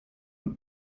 und